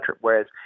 Whereas